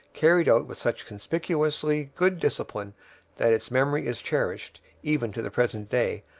carried out with such conspicuously good discipline that its memory is cherished, even to the present day,